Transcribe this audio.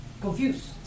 confused